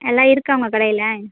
எல்லாம் இருக்கா உங்கள் கடையில்